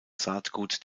saatgut